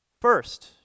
first